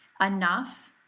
enough